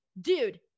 dude